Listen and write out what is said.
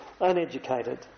uneducated